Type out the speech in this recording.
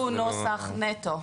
בסעיף הזה זה רק תיקון נוסח נטו,